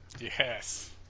Yes